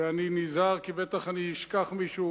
ואני נזהר כי אני בטח אשכח מישהו,